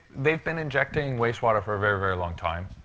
they've been injecting wastewater for a very, very long time.